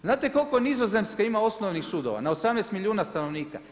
Znate koliko Nizozemska ima osnovnih sudova na 18 milijuna stanovnika?